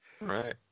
Right